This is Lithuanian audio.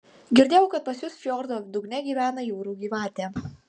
girdėjau kad pas jus fjordo dugne gyvena jūrų gyvatė